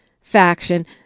faction